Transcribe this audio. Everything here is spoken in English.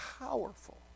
powerful